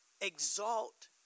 Exalt